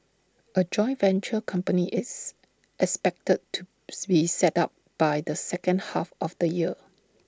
A joint venture company is expected to be set up by the second half of the year